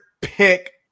pick